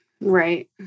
Right